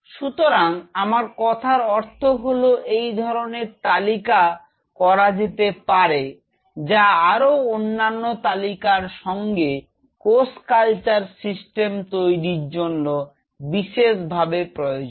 সুতরাং আমার কথার অর্থ হল এই ধরনের তালিকা করা যেতে পারে যা আরো অন্যান্য তালিকার সঙ্গে কোষ কালচার সিস্টেম তৈরীর জন্য বিশেষভাবে প্রয়োজন